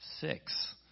six